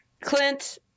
Clint